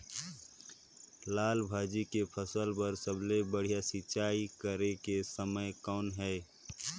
लाल भाजी के फसल बर सबले बढ़िया सिंचाई करे के समय कौन हे?